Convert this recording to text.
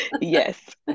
Yes